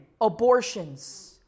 abortions